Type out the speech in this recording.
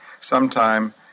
sometime